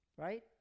right